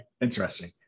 interesting